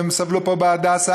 והם סבלו פה ב"הדסה".